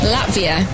Latvia